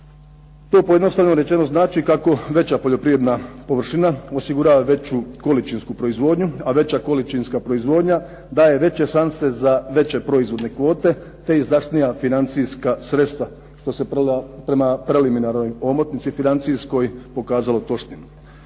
To pojednostavljeno rečeno znači kako veća poljoprivredna površina osigurava veću količinsku proizvodnju, a veća količinska proizvodnja daje veće šanse za veće proizvodne kvote, te izdašnija financijska sredstva, što se prema preliminarnoj omotnici financijskoj pokazalo točnim.